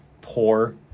poor